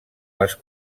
les